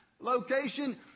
location